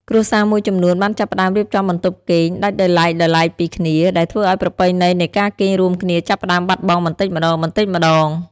គ្រួសារមួយចំនួនបានចាប់ផ្តើមរៀបចំបន្ទប់គេងដាច់ដោយឡែកៗពីគ្នា ដែលធ្វើឱ្យប្រពៃណីនៃការគេងរួមគ្នាចាប់ផ្តើមបាត់បង់បន្តិចម្តងៗ។